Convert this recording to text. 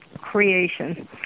creation